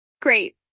Great